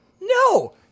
No